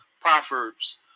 Proverbs